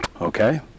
Okay